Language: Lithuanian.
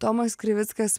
tomas krivickas